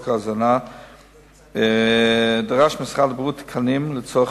ההזנה דרש משרד הבריאות תקנים לצורך